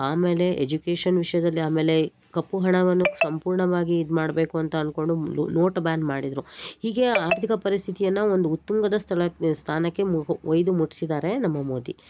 ಆಮೇಲೆ ಎಜುಕೇಶನ್ ವಿಷಯದಲ್ಲಿ ಆಮೇಲೆ ಕಪ್ಪು ಹಣವನ್ನು ಸಂಪೂರ್ಣವಾಗಿ ಇದು ಮಾಡಬೇಕು ಅಂತ ಅಂದ್ಕೊಂಡು ನೋಟ್ ಬ್ಯಾನ್ ಮಾಡಿದರು ಹೀಗೆ ಆರ್ಥಿಕ ಪರಿಸ್ಥಿತಿಯನ್ನು ಒಂದು ಉತ್ತುಂಗದ ಸ್ಥಳಕ್ಕೆ ಸ್ಥಾನಕ್ಕೆ ಮುಗು ಒಯ್ದು ಮುಟ್ಟಿಸಿದ್ದಾರೆ ನಮ್ಮ ಮೋದಿ